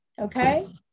Okay